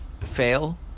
fail